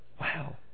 wow